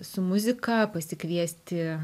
su muzika pasikviesti